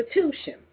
Constitution